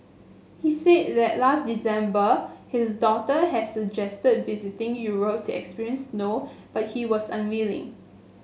he said that last December his daughter had suggested visiting Europe to experience know but he was unwilling